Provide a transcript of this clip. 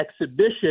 exhibition